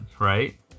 right